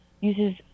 uses